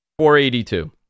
482